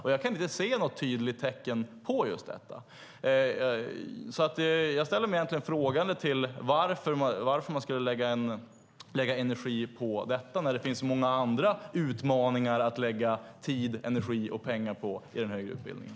Men jag kan inte se något tydligt tecken på just detta. Jag ställer mig frågande till varför man ska lägga energi på detta, när det finns så många andra utmaningar att lägga tid, energi och pengar på inom den högre utbildningen.